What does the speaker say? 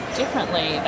differently